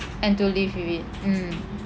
and to live with it mm